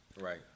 Right